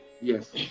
Yes